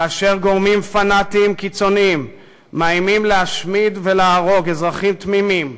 כאשר גורמים פנאטיים קיצוניים מאיימים להשמיד ולהרוג אזרחים תמימים,